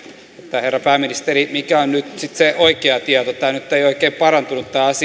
että herra pääministeri mikä on nyt sitten se oikea tieto tämä asia ei nyt oikein parantunut